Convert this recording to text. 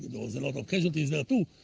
there was a lot of casualties there, too,